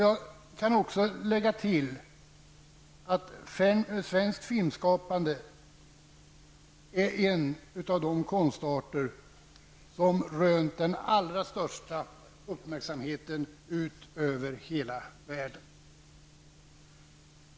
Jag kan också lägga till att svenskt filmskapande är en av de konstarter som rönt den största uppmärksamheten ut över hela världen.